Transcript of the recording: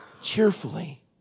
Cheerfully